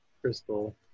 crystal